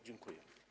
Dziękuję.